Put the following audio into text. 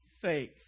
faith